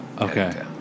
Okay